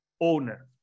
owner